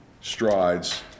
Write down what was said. strides